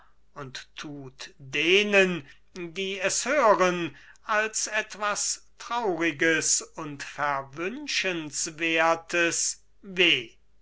und thut denen die es hören als etwas trauriges und verwünschenswerthes weh